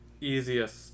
easiest